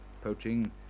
poaching